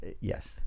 Yes